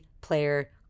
player